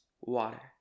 water